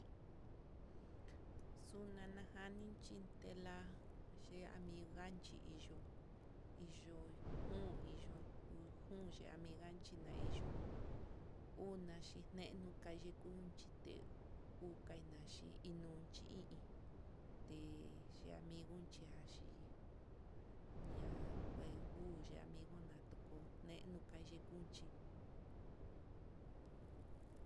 Xunana janinchi tela xhi amigan chi hí yo'o iyoi jun iyoi jun amiga chi nai yuu una chineno, kayii unchité uu kinanchi hí nunchí íín te chi'a, amigo xhianchí ñajue uu chi amigo ona tuu neno kayikunchí.